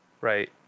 Right